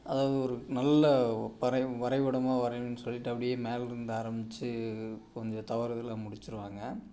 அதாவது ஒரு நல்ல வரை வரைபடமாக வரையணுன்னு சொல்லிட்டு அப்படியே மேலிருந்து ஆரம்மிச்சி கொஞ்சம் தவறுதலாக முடிச்சிருவாங்கள்